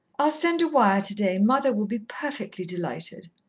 i'll send a wire today mother will be perfectly delighted.